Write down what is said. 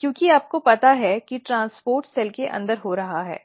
क्योंकि आपको पता है कि ट्रांसपोर्ट सेल के अंदर हो रहा है